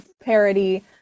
parody